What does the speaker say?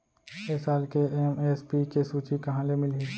ए साल के एम.एस.पी के सूची कहाँ ले मिलही?